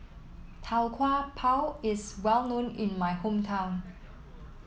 Tau Kwa Pau is well known in my hometown